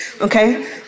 okay